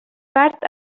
part